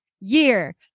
year